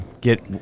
get